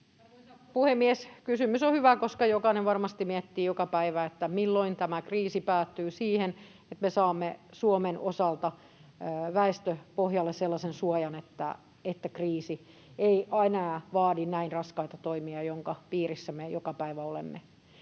puhemies! Kysymys on hyvä, koska jokainen varmasti miettii joka päivä, että milloin tämä kriisi päättyy siihen, että me saamme Suomen osalta väestöpohjalle sellaisen suojan, että kriisi ei enää vaadi näin raskaita toimia, joiden piirissä me joka päivä olemme.